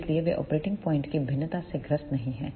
इसलिएवे operating point की भिन्नता से ग्रस्त नहीं हैं